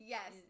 Yes